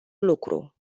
lucru